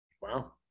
wow